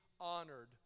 honored